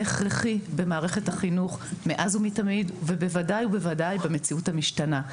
הכרחי במערכת החינוך מאז ומתמיד ובוודאי ובוואדי במציאות המשתנה,